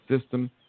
system